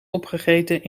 opgegeten